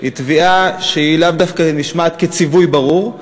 היא תביעה שלאו דווקא נשמעת כציווי ברור,